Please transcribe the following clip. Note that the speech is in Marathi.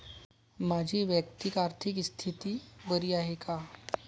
माझी वैयक्तिक आर्थिक स्थिती बरी आहे का?